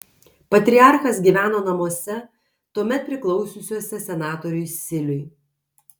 patriarchas gyveno namuose tuomet priklausiusiuose senatoriui siliui